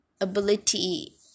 ability